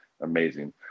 amazing